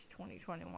2021